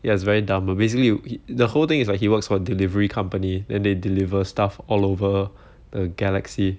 ya it's very dumb but basically the whole thing is like he works for delivery company then they deliver stuff all over the galaxy